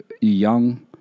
young